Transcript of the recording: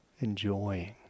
Enjoying